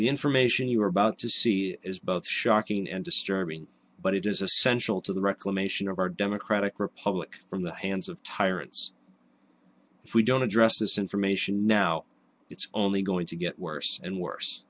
information you are about to see is both shocking and disturbing but it is essential to the reclamation of our democratic republic from the hands of tyrants if we don't address this information now it's only going to get worse and worse